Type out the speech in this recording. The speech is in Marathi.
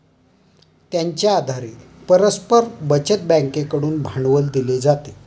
त्यांच्या आधारे परस्पर बचत बँकेकडून भांडवल दिले जाते